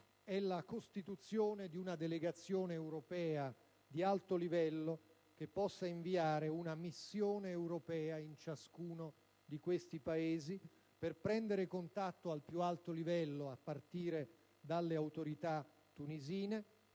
la costituzione di una delegazione europea di alto livello, che possa inviare una missione europea in ciascuno di questi Paesi, per prendere contatto ai più alti livelli, a partire dalle autorità tunisine,